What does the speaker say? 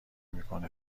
میکنه